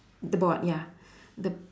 the board ya the